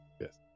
Yes